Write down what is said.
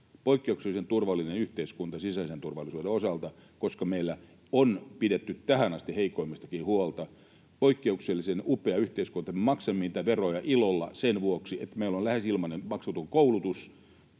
poikkeuksellisen turvallinen yhteiskunta sisäisen turvallisuuden osalta, koska meillä on pidetty tähän asti heikoimmistakin huolta, poikkeuksellisen upea yhteiskunta, maksan niitä veroja ilolla sen vuoksi, että meillä on lähes ilmainen, maksuton koulutus